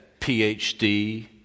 PhD